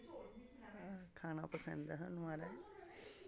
खाना पसंद ऐ सानूं म्हाराज